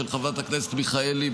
של חברת הכנסת מיכאלי,